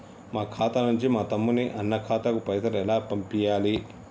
మా ఖాతా నుంచి మా తమ్ముని, అన్న ఖాతాకు పైసలను ఎలా పంపియ్యాలి?